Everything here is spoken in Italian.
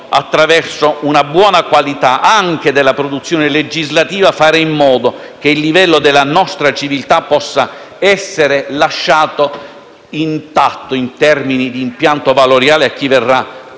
attraverso una buona qualità della produzione legislativa fare in modo che il livello della nostra civiltà possa essere lasciato intatto in termini di impianto valoriale a chi verrà dopo